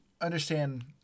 understand